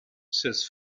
says